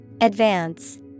Advance